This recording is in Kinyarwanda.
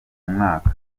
umwaka